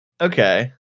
okay